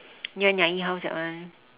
near nyai house that one